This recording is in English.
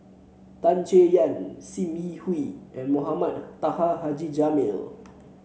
Tan Chay Yan Sim Yi Hui and Mohamed Taha Haji Jamil